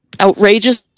outrageous